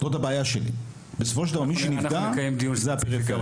זאת הבעיה שלי בסופו של דבר מי שנפגע זה הפריפריה,